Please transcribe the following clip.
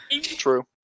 True